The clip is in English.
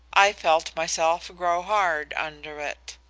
i felt myself grow hard under it.